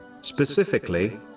Specifically